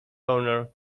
owner